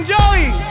Joey